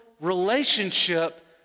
relationship